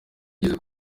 nigeze